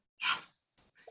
Yes